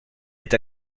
est